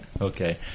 Okay